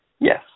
Yes